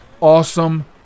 awesome